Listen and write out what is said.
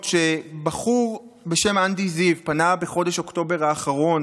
שבחור בשם אנדי זיו פנה בחודש אוקטובר האחרון